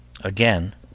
Again